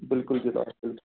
بِلکُل